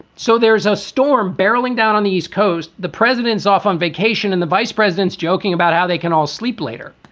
so there is a storm barreling down on the east coast. the president off on vacation and the vice president's joking about how they can all sleep later.